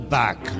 back